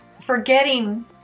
forgetting